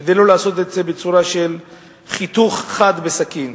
כדי לא לעשות את זה בצורה של חיתוך חד בסכין.